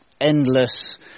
endless